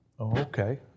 Okay